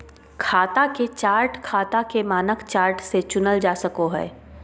खाता के चार्ट खाता के मानक चार्ट से चुनल जा सको हय